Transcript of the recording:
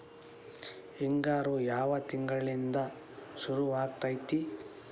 ಹಿಂಗಾರು ಯಾವ ತಿಂಗಳಿನಿಂದ ಶುರುವಾಗತೈತಿ?